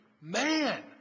man